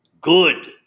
good